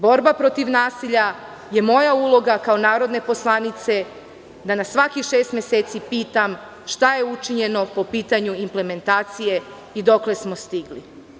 Borba protiv nasilja je moja uloga, kao narodne poslanice, da na svakih šest meseci pitam – šta je učinjeno po pitanju implementacije i dokle smo stigli.